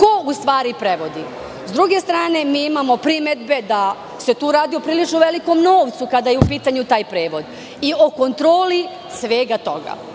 Ko u stvari prevodi? Sa druge strane, mi imamo primedbe da se tu radi o prilično velikom novcu kada je u pitanju taj prevod i o kontroli svega toga.